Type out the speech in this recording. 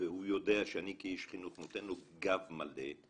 והוא יודע שאני כאיש חינוך נותן לו גב מלא.